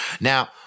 Now